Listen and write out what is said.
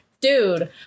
Dude